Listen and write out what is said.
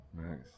Nice